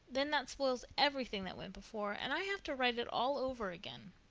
then that spoils everything that went before and i have to write it all over again.